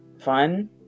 fun